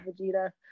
Vegeta